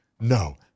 no